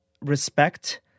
respect